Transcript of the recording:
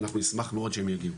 אנחנו נשמח מאוד שהם יגיעו.